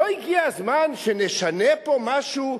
לא הגיע הזמן שנשנה פה משהו,